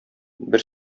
бер